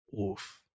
Oof